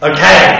Okay